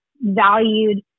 valued